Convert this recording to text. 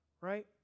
right